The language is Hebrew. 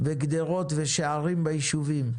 גדרות ושערים ביישובים.